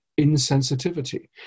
insensitivity